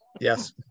Yes